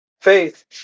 faith